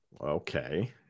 Okay